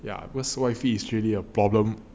yeah it was wide feet is really a problem